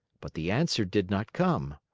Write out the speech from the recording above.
but the answer did not come.